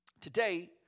Today